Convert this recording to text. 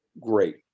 great